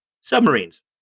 Submarines